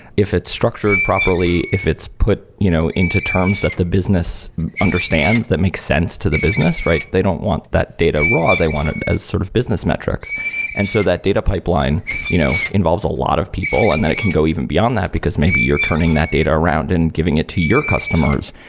if it's structured properly, if it's put you know into terms that the business understands, that makes sense to the business, right? they don't want that data raw. they want it as sort of business metrics and so that data pipeline you know involves a lot of people. and then it can go even beyond that, because maybe you're turning that data around and giving it to your customers,